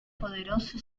poderoso